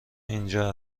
اینجا